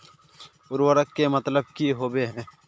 उर्वरक के मतलब की होबे है?